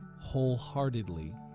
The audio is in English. wholeheartedly